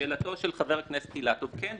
לשאלתו של חבר הכנסת אילטוב כן,